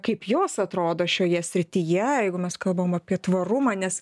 kaip jos atrodo šioje srityje jeigu mes kalbam apie tvarumą nes